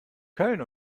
köln